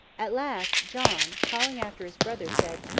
at last, john, calling after his brother, said,